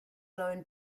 loan